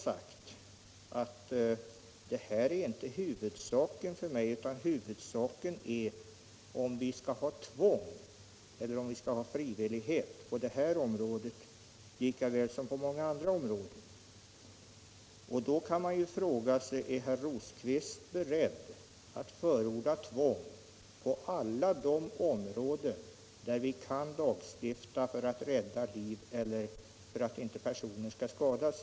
men jag har också sagt att huvudsaken för mig är huruvida vi skall ha tvång eller frivillighet på detta område lika väl som vi har frivillighet på många andra områden. Då kan man fråga: Är herr Rosqvist beredd att förorda tvång på alla de områden där vi kan lagstifta för att rädda liv eller för att medverka till att personer inte skadas?